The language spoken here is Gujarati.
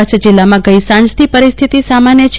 કચ્છ જિલ્લામાં ગઈકાલ સાંથો પરિસ્થિતિ સામાન્ય છે